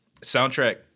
Soundtrack